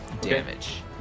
damage